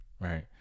right